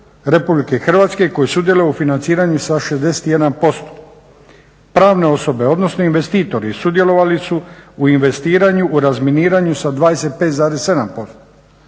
Republike Hrvatske koji sudjeluje u financiranju za 61%. Pravne osobe odnosno investitori sudjelovali su u investiranju, u razminiranju sa 25,7%.